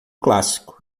clássico